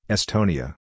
Estonia